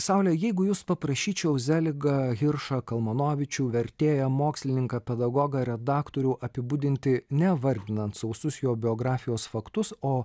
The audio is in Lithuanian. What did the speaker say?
saule jeigu jus paprašyčiau zeligą hiršą kalmanovičių vertėją mokslininką pedagogą redaktorių apibūdinti ne vardinant sausus jo biografijos faktus o